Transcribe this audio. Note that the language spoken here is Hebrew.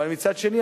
אבל מצד שני,